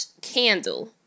candle